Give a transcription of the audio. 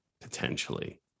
potentially